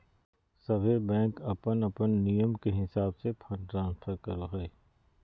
सभे बैंक अपन अपन नियम के हिसाब से फंड ट्रांस्फर करो हय